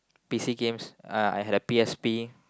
P_C games uh I had a P_S_P